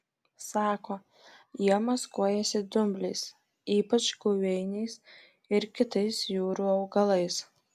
sako jie maskuojasi dumbliais ypač guveiniais ir kitais jūrų augalais